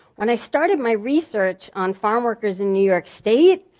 when i started my research on farmworkers in new york state,